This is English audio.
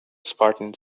spartan